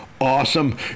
awesome